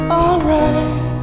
alright